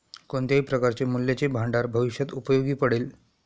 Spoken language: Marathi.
कोणत्याही प्रकारचे मूल्याचे भांडार भविष्यात उपयोगी पडेल